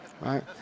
right